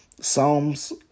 Psalms